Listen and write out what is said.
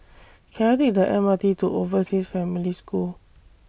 Can I Take The M R T to Overseas Family School